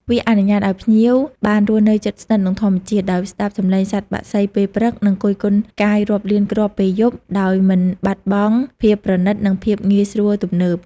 វាអនុញ្ញាតឲ្យភ្ញៀវបានរស់នៅជិតស្និទ្ធនឹងធម្មជាតិ ដោយស្តាប់សំឡេងសត្វបក្សីពេលព្រឹក និងគយគន់ផ្កាយរាប់លានគ្រាប់ពេលយប់ ដោយមិនបាត់បង់ភាពប្រណីត និងភាពងាយស្រួលទំនើប។